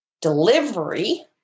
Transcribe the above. delivery